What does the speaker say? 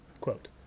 Quote